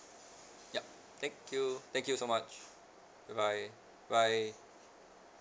yup thank you thank you so much bye bye bye